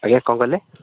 ଆଜ୍ଞା କ'ଣ କହିଲେ